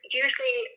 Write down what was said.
usually